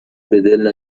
بدل